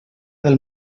del